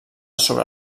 sobre